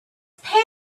pay